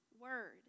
word